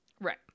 Right